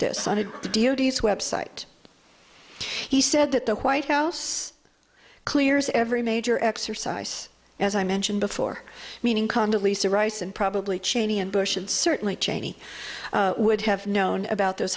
d s website he said that the white house clears every major exercise as i mentioned before meaning conda lisa rice and probably cheney and bush and certainly cheney would have known about those